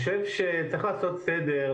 שצריך לעשות סדר.